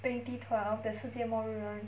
twenty twelve the 世界末日 [one]